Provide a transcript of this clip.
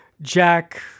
Jack